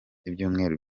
ibyumweru